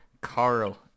Carl